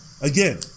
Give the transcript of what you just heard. again